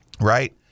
Right